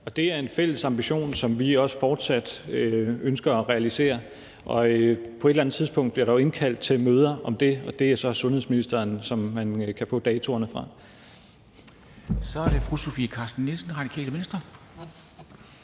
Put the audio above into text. : Det er en fælles ambition, som vi også fortsat ønsker at realisere. Og på et eller andet tidspunkt bliver der jo indkaldt til møder om det, og det er så sundhedsministeren, som man kan få datoerne fra. Kl. 09:53 Formanden : Så er det fru Sofie Carsten Nielsen, Radikale Venstre.